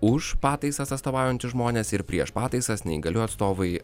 už pataisas atstovaujantys žmonės ir prieš pataisas neįgaliųjų atstovai